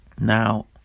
Now